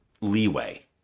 leeway